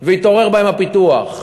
והתעורר בהם הפיתוח.